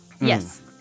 Yes